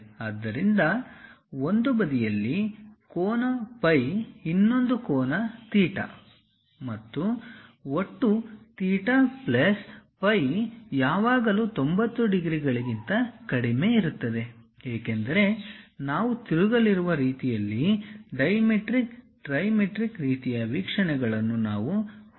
ಆದ್ದರಿಂದ ಒಂದು ಬದಿಯಲ್ಲಿ ಕೋನ ಪೈ ಇನ್ನೊಂದು ಕೋನ ಥೀಟಾ ಮತ್ತು ಒಟ್ಟು ಥೀಟಾ ಪ್ಲಸ್ ಫೈ ಯಾವಾಗಲೂ 90 ಡಿಗ್ರಿಗಳಿಗಿಂತ ಕಡಿಮೆ ಇರುತ್ತದೆ ಏಕೆಂದರೆ ನಾವು ತಿರುಗಲಿರುವ ರೀತಿಯಲ್ಲಿ ಡೈಮೆಟ್ರಿಕ್ ಟ್ರಿಮೆಟ್ರಿಕ್ ರೀತಿಯ ವೀಕ್ಷಣೆಗಳನ್ನು ನಾವು ಹೊಂದಲಿದ್ದೇವೆ